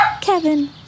Kevin